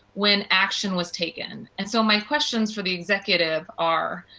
when action was taken. and so, my questions for the executive are,